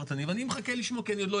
איך אני איתך?